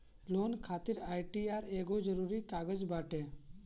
loan खातिर ITR एगो जरुरी कागज बाटे